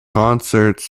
consorts